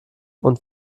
und